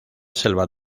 selva